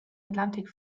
atlantik